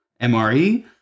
MRE